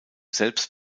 selbst